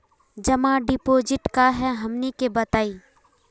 जमा डिपोजिट का हे हमनी के बताई?